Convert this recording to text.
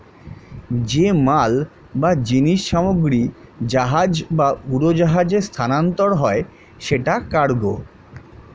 যে মাল বা জিনিস সামগ্রী জাহাজ বা উড়োজাহাজে স্থানান্তর হয় সেটা কার্গো